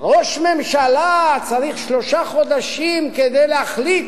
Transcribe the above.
ראש ממשלה צריך שלושה חודשים כדי להחליט